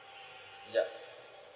yup